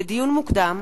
לדיון מוקדם: